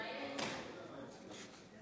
אתה מקוזז.